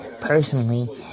personally